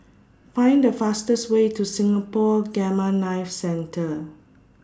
Find The fastest Way to Singapore Gamma Knife Centre